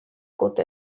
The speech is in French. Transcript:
côte